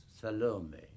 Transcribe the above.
Salome